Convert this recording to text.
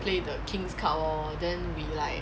play the king's cup lor then we like